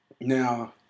Now